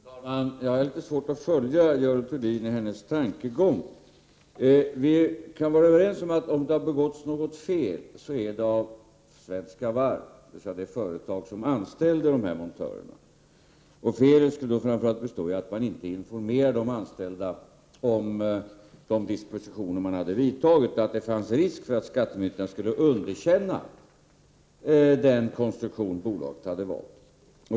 Fru talman! Jag har litet svårt att följa Görel Thurdin i hennes tankegång. Vi kan vara överens om att om det har begåtts något fel så är det av Svenska varv, dvs. det företag som anställde de här montörerna. Felet skulle då framför allt ha bestått i att man inte informerade de anställda om de dispositioner man hade vidtagit, att det fanns risk för att skattemyndigheterna skulle underkänna den konstruktion som bolaget hade valt.